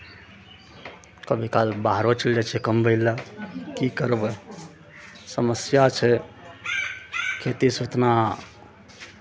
कभी काल बाहरो चलि जाइ छियै कमबै लए की करबै समस्या छै खेतीसँ उतना